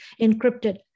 encrypted